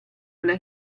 una